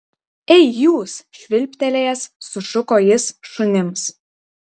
ei jūs švilptelėjęs sušuko jis šunims